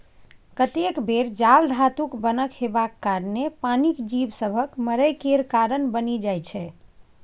कतेक बेर जाल धातुक बनल हेबाक कारणेँ पानिक जीब सभक मरय केर कारण बनि जाइ छै